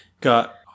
got-